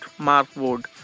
Markwood